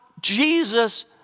Jesus